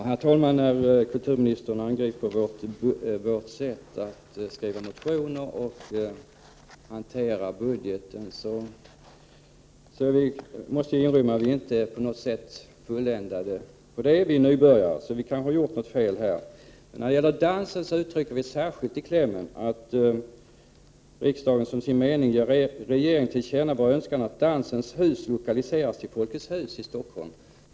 Herr talman! Kulturministern angriper vårt sätt att skriva motioner och att hantera budgeten. Vi är inte på något sätt fulländade — vi är nybörjare. Vi kanske har begått något fel. När det gäller dansen uttrycker vi särskilt i klämmen i motionen att riksdagen som sin mening bör ge regeringen till känna vår önskan att Dansens hus skall lokaliseras till Folkets hus i Stockholm.